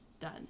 Done